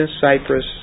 Cyprus